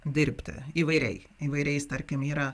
dirbti įvairiai įvairiais tarkim yra